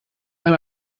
eine